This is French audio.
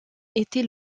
était